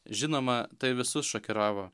žinoma tai visus šokiravo